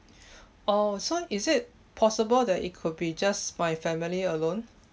oh so is it possible that it could be just my family alone